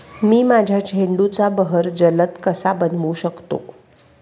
मी माझ्या झेंडूचा बहर जलद कसा बनवू शकतो?